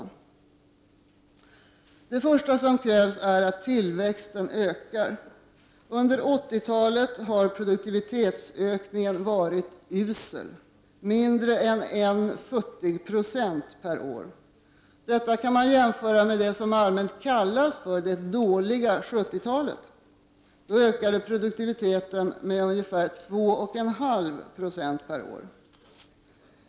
Till att börja med krävs det att tillväxten ökar. Under 1980-talet har produktivitetsökningen varit usel, mindre än futtiga 1 90 per år. Detta kan jämföras med det som allmänt kallas för det dåliga 1970-talet — då ökade produktiviteten med ca 2,5 96 per år.